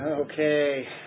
Okay